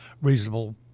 reasonable